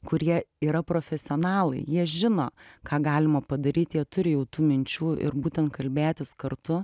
kurie yra profesionalai jie žino ką galima padaryt jie turi jau tų minčių ir būtent kalbėtis kartu